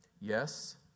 Yes